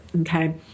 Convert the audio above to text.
okay